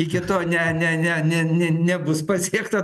iki to ne ne ne ne ne nebus pasiekta